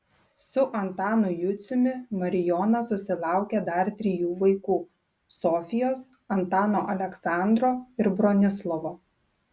su antanu juciumi marijona susilaukė dar trijų vaikų sofijos antano aleksandro ir bronislovo